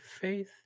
faith